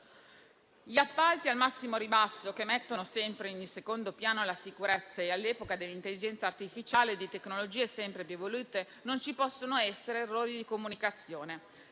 Gli appalti al massimo ribasso mettono sempre in secondo piano la sicurezza. All'epoca dell'intelligenza artificiale e di tecnologie sempre più evolute non ci possono essere errori di comunicazione: